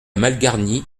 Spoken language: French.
malgarnie